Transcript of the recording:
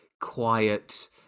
quiet